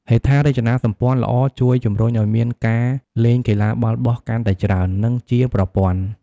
ហេដ្ឋារចនាសម្ព័ន្ធល្អជួយជំរុញឱ្យមានការលេងកីឡាបាល់បោះកាន់តែច្រើន និងជាប្រព័ន្ធ។